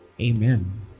amen